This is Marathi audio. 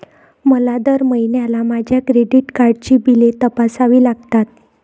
मला दर महिन्याला माझ्या क्रेडिट कार्डची बिले तपासावी लागतात